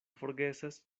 forgesas